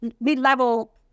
mid-level